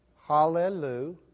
Hallelujah